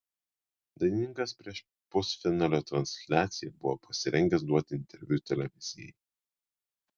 dainininkas prieš pusfinalio transliaciją buvo pasirengęs duoti interviu televizijai